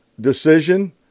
decision